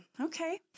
okay